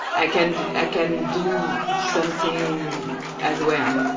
i can i can do something as well